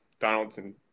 Donaldson